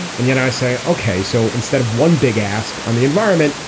and yet i say ok so instead of one big ask on the environment.